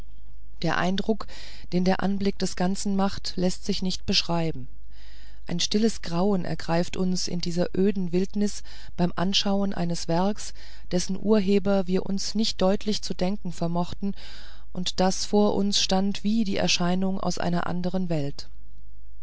der eindruck den der anblick des ganzen macht läßt sich nicht beschreiben ein stilles grauen ergriff uns in dieser öden wildnis beim anschauen eines werks dessen urheber wir uns nicht deutlich zu denken vermochten und das vor uns stand wie die erscheinung aus einer anderen welt